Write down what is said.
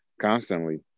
constantly